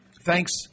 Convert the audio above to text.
Thanks